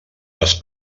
les